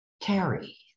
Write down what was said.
carry